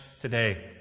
today